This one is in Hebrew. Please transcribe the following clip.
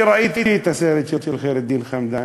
אני ראיתי את הסרט של ח'יר א-דין חמדאן,